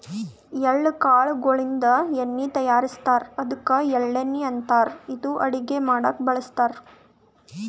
ಎಳ್ಳ ಕಾಳ್ ಗೋಳಿನ್ದ ಎಣ್ಣಿ ತಯಾರಿಸ್ತಾರ್ ಅದ್ಕ ಎಳ್ಳಣ್ಣಿ ಅಂತಾರ್ ಇದು ಅಡಗಿ ಮಾಡಕ್ಕ್ ಬಳಸ್ತಾರ್